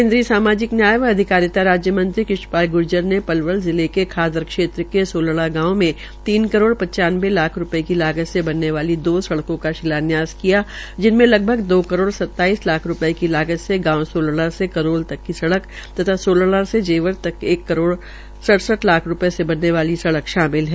केन्द्रीय सामाजिक न्याय व अधिकारिता राज्य मंत्रीकृष्ण लाल ग्र्जर ने पलवल जिले के खादर क्षेत्र के सोलड़ा गांव में तीन करोड़ पचानवें लाख रूपये की लागत से बनने वाली दो सडकों का शिलान्यास किया जिनमें लगभग दो करोड़ सताईस लाख रूपये की लागत से गांव सोलड़ा से करोल तक की सड़क तथा सोलड़ा से जेवर तक एक करोड़ अड़सठ लाख रूपये से बनने वाली सड़क शामिल है